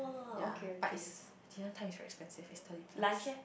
yea but is the dinner time is very expensive is thirty plus